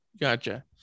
gotcha